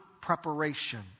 Preparation